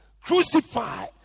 Crucify